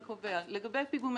לגבי פיגומי זקפים.